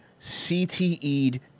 cte'd